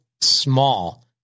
small